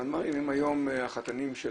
המנמ"רים הם היום החתנים של